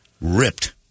ripped